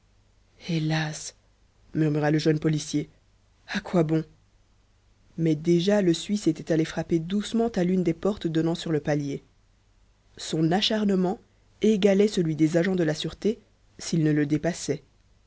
hélas murmura le jeune policier à quoi bon mais déjà le suisse était allé frapper doucement à l'une des portes donnant sur le palier son acharnement égalait celui des agents de la sûreté s'il ne le dépassait